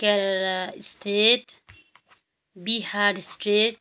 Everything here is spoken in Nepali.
Kerala state Bihar state